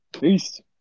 Peace